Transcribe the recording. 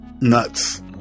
Nuts